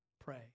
pray